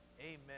Amen